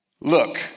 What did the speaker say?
Look